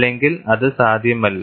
അല്ലെങ്കിൽ അത് സാധ്യമല്ല